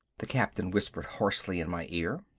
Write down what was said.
the captain whispered hoarsely in my ear,